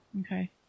okay